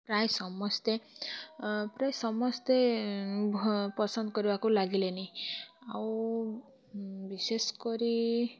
ପ୍ରାୟେ ସମସ୍ତେ ପ୍ରାୟେ ସମସ୍ତେ ଭ ପସନ୍ଦ କରିବାକୁ ଲାଗିଲାନି ଆଉ ବିଶେଷ କରି